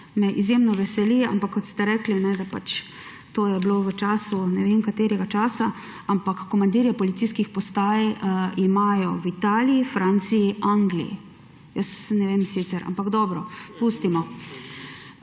Me izjemno veseli, ampak kot ste rekli, da to je bilo v času ne vem katerega časa. Ampak komandirje policijskih postaj imajo v Italiji, Franciji, Angliji. Jaz ne vem sicer, ampak dobro, pustimo.